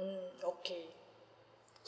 mm okay